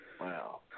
Wow